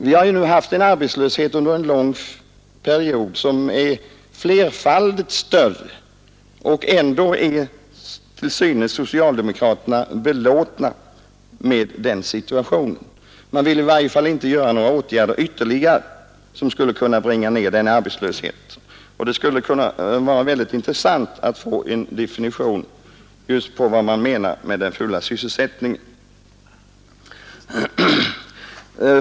Nu har vi under en lång period haft en arbetslöshet som varit flera gånger större, och ändå är socialdemokraterna till synes belåtna med situationen. I varje fall vill man inte vidta några ytterligare åtgärder som skulle kunna nedbringa arbetslösheten. Det vore därför mycket intressant att få en definition av vad man inom socialdemokratin menar med den fulla syssselsättningen.